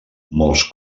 molts